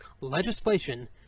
legislation